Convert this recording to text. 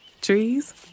Trees